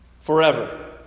Forever